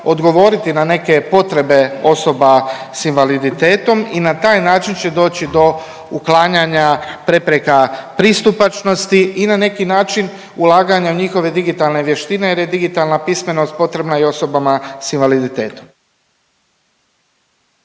odgovoriti na neke potrebe osoba s invaliditetom i na taj način će doći do uklanjanja prepreka pristupačnosti i na neki način ulaganja njihove digitalne vještine jer je digitalna pismenost potrebna i osobama s invaliditetom.